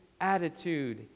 attitude